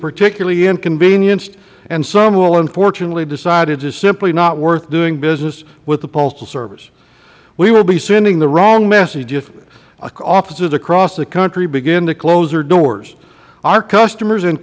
particularly inconvenienced and some will unfortunately decide it is simply not worth doing business with the postal service we will be sending the wrong message if offices across the country begin to close their doors our customers